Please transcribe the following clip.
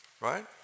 Right